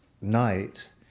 night